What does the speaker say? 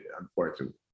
unfortunately